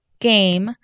game